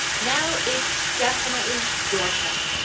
now it's definitely your turn!